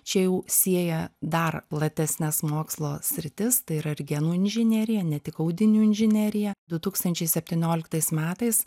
čia jau sieja dar platesnes mokslo sritis tai yra ir genų inžinerija ne tik audinių inžinerija du tūkstančiai septynioliktais metais